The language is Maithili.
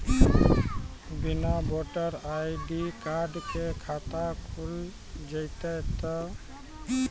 बिना वोटर आई.डी कार्ड के खाता खुल जैते तो?